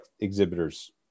exhibitors